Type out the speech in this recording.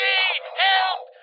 Help